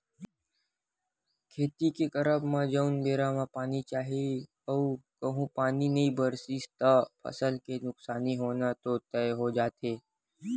खेती के करब म जउन बेरा म पानी चाही अऊ कहूँ पानी नई बरसिस त फसल के नुकसानी होना तो तय हो जाथे